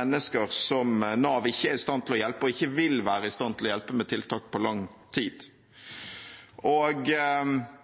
mennesker som Nav ikke er i stand til å hjelpe, og ikke vil være i stand til å hjelpe med tiltak på lang tid?